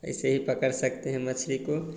ऐस ही पकड़ सकते हैं मछली को